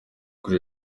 kuri